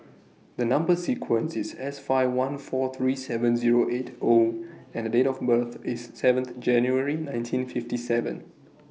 The Number sequence IS S five one four three seven Zero eight O and Date of birth IS seventh January nineteen fifty seven